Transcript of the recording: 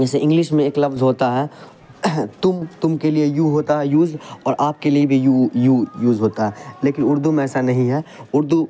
جیسے انگلش میں ایک لفظ ہوتا ہے تم تم کے لیے یو ہوتا ہے یوز اور آپ کے لیے بھی یو یو یوز ہوتا ہے لیکن اردو میں ایسا نہیں ہے اردو